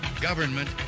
government